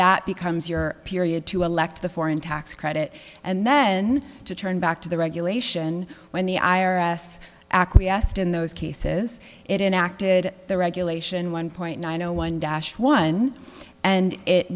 that becomes your period to elect the foreign tax credit and then to turn back to the regulation when the i r s acquiesced in those cases it in acted the regulation one point nine zero one dash one and it